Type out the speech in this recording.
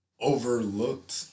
overlooked